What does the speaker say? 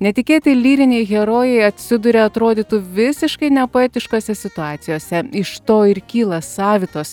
netikėti lyriniai herojai atsiduria atrodytų visiškai nepoetiškose situacijose iš to ir kyla savitos